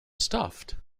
stuffed